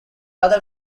other